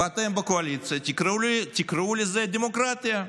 ואתם בקואליציה תקראו לזה "דמוקרטיה",